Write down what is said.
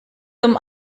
zum